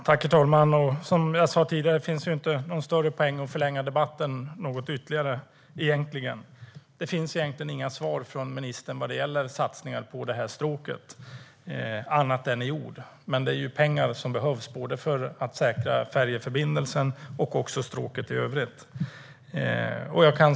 Herr talman! Som jag sa tidigare finns det inte någon större poäng med att förlänga debatten ytterligare. Det finns egentligen inga svar från ministern vad gäller satsningar på detta stråk, annat än i ord. Det är pengar som behövs för att säkra både färjeförbindelsen och stråket i övrigt.